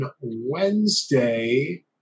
Wednesday